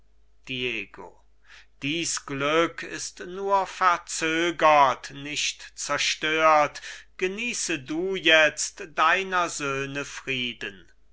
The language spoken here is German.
dies glück ist nur verzögert nicht zerstört genieße du jetzt deiner söhne frieden